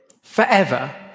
forever